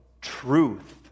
truth